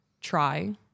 try